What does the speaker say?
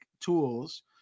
tools